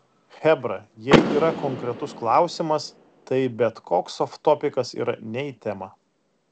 chebra jei yra konkretus klausimas tai bet koks oftopikas yra ne į temą